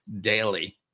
daily